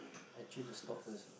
actually the stock first lah